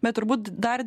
bet turbūt dar